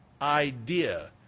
Idea